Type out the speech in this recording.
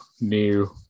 new